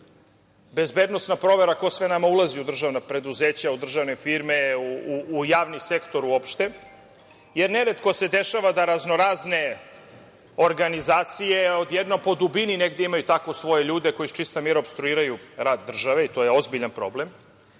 bezbednosna provera ko sve nama ulazi u državna preduzeća, u državne firme, u javni sektor uopšte. Neretko se dešava da raznorazne organizacije odjednom po dubini negde imaju tako svoje ljude koji iz čista mira opstruiraju rad države i to je ozbiljan problem.